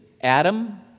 Adam